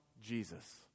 Jesus